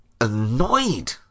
annoyed